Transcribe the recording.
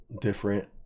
different